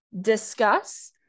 discuss